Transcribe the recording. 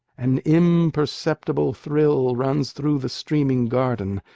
an imperceptible thrill runs through the streaming garden,